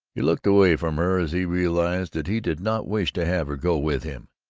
he looked away from her as he realized that he did not wish to have her go with him.